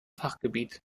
fachgebiet